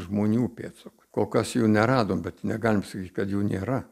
žmonių pėdsakų kol kas jų neradom bet negalim sakyt kad jų nėra